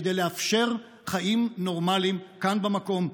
כדי לאפשר חיים נורמליים כאן במקום.